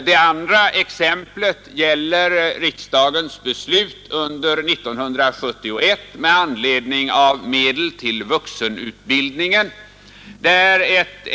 Det andra fallet avser riksdagens beslut under 1971 om medel till vuxenutbild ningen.